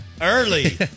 early